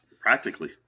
Practically